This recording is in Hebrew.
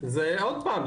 זה עוד פעם,